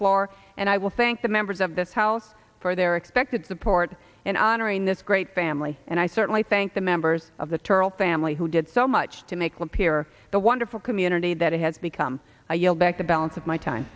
floor and i will thank the members of this house for their expected support and honoring this great family and i certainly thank the members of the terrell family who did so much to make lapeer the wonderful community that has become i yelled back the balance of my time